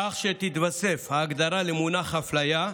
כך שתתווסף ההגדרה למונח הפליה: